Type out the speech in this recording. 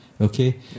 Okay